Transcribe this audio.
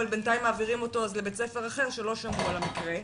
אבל בינתיים מעבירים אותו לבית ספר אחר שלא שמעו על המקרה,